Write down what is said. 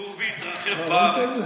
תור והתרחב בארץ.